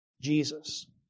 Jesus